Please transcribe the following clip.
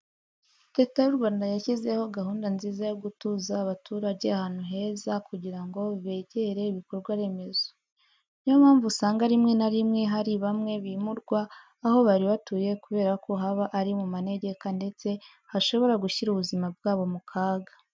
Leta y'u Rwanda yashyizeho gahunda nziza yo gutuza abaturage ahantu heza kugira ngo begere ibikorwa remezo. Niyo mpamvu usanga rimwe na rimwe hari bamwe bimurwa aho bari batuye kubera ko haba ari mu manegeka ndetse hashobora gushyira ubuzima bwabo mu kaga.